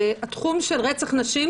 התחום של רצח נשים,